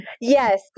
Yes